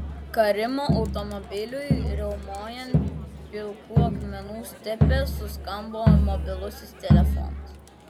karimo automobiliui riaumojant pilkų akmenų stepe suskambo mobilusis telefonas